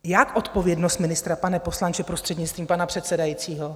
Jak odpovědnost ministra, pane poslanče, prostřednictvím pana předsedajícího?